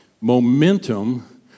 momentum